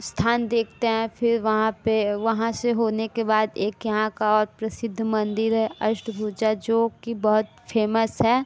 स्थान देखते हैं फिर वहाँ पर वहाँ से होने के बाद एक यहाँ का और प्रसिद्ध मंदिर है अष्टभुजा जो कि बहुत फेमस है